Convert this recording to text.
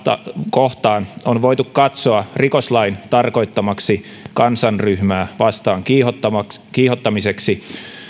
kohtaan on voitu katsoa rikoslain tarkoittamaksi kansanryhmää vastaan kiihottamiseksi kiihottamiseksi